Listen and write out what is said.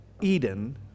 Eden